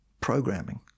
programming